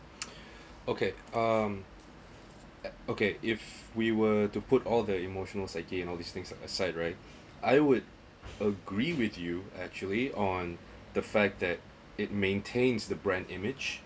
okay um okay if we were to put all the emotional again and all these things aside right I would agree with you actually on the fact that it maintains the brand image